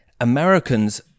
Americans